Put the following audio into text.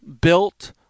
built